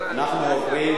אנחנו עוברים